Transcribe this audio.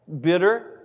bitter